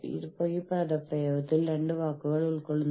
കൂടാതെ നമ്മൾക്ക് plantation labour act ഉണ്ട്